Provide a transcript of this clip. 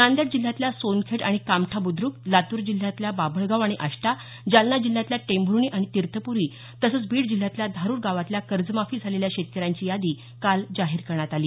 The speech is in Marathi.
नांदेड जिल्ह्यातल्या सोनखेड आणि कामठा बुद्रुक लातूर जिल्ह्यात बाभळगाव आणि आष्टा जालना जिल्ह्यातल्या टेंभूर्णी आणि तीर्थपूरी तसंच बीड जिल्ह्यातल्या धारुर गावातल्या कर्जमाफी झालेल्या शेतकऱ्यांची यादी काल जाहीर करण्यात आली